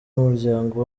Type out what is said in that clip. umuryango